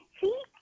See